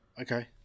Okay